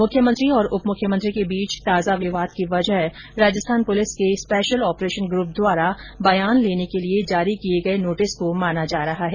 मुख्यमंत्री और उपमुख्यमंत्री के बीच ताजा विवाद की वजह राजस्थान पुलिस के स्पेशल ऑपरेशन ग्रुप द्वारा बयान लेने के लिए जारी किये गये नोटिस को माना जा रहा है